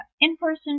in-person